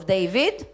David